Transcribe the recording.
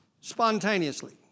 spontaneously